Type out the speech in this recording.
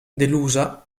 delusa